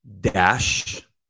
dash